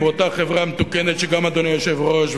באותה חברה מתוקנת שגם אדוני היושב-ראש,